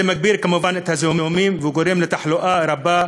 זה מגביר כמובן את הזיהומים וגורם לתחלואה רבה,